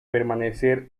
permanecer